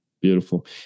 Beautiful